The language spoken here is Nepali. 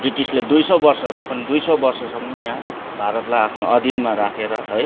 ब्रिटिसले दुई सौ वर्ष र पनि दुई सौ वर्षसम्म यहाँ भारतलाई आफ्नो अधीनमा राखेर है